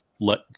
let